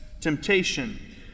temptation